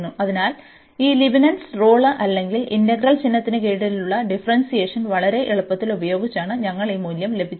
അതിനാൽ ഈ Leibniz rule അല്ലെങ്കിൽ ഇന്റഗ്രൽ ചിഹ്നത്തിന് കീഴിലുള്ള ഡിഫറെന്സിയേഷൻ വളരെ എളുപ്പത്തിൽ ഉപയോഗിച്ചാണ് ഞങ്ങൾക്ക് ഈ മൂല്യം ലഭിച്ചത്